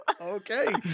Okay